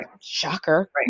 Shocker